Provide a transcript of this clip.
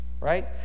right